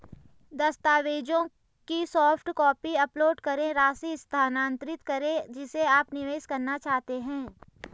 दस्तावेजों की soft copy upload करें, राशि स्थानांतरित करें जिसे आप निवेश करना चाहते हैं